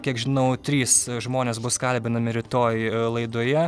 kiek žinau trys žmonės bus kalbinami rytoj laidoje